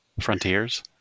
frontiers